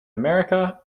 america